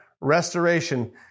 restoration